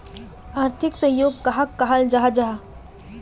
आर्थिक सहयोग कहाक कहाल जाहा जाहा?